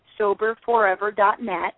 soberforever.net